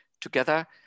together